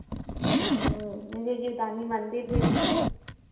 हाँ मुझे जीवदानी मंदिर भी जाना है